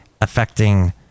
Affecting